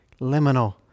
liminal